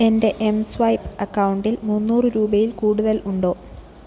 എൻ്റെ m swipe അക്കൗണ്ടിൽ മുന്നൂറ് രൂപയിൽ കൂടുതൽ ഉണ്ടോ